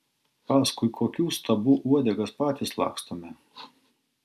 paskui kokių stabų uodegas patys lakstome